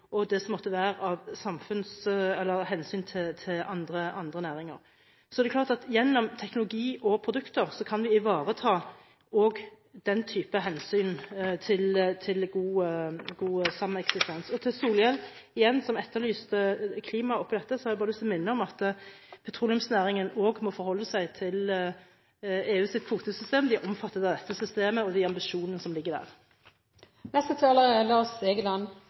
og det som måtte være av hensyn til andre næringer. Det er klart at gjennom teknologi og produkter kan vi ivareta også den type hensyn til god sameksistens. Til Bård Vegar Solhjell, som etterlyste klima når det gjelder dette, har jeg bare lyst til å minne om at petroleumsnæringen også må forholde seg til EUs kvotesystem. De er omfattet av dette systemet og de ambisjonene som ligger der. Jeg er